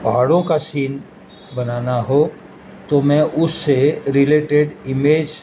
پہاڑوں کا سین بنانا ہو تو میں اس سے ریلیٹیڈ ایمیج